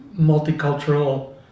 multicultural